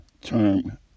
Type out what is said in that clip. term